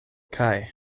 kaj